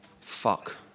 fuck